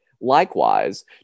Likewise